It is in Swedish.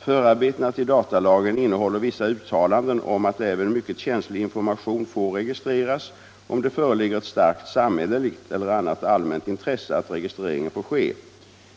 Förarbetena till datalagen innehåller vissa uttalanden om att även mycket känslig information får registreras, om det föreligger ett starkt samhälleligt eller annat allmänt intresse att registreringen får ske.